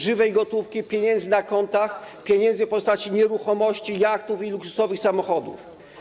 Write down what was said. żywej gotówki, pieniędzy na kontach, pieniędzy w postaci nieruchomości, jachtów i luksusowych samochodów.